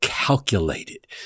calculated